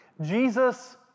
Jesus